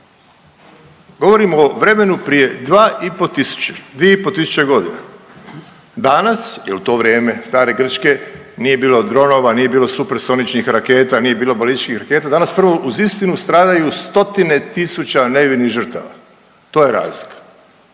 Govorim o vremenu prije 2,5 tisuće godina, danas, jel u to vrijeme stare Grčke nije bilo dronova, nije bilo supersoničnih raketa, nije bilo balističkih raketa, danas prvo uz istinu stradaju stotine tisuća nevinih žrtava, to je razlika,